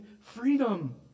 freedom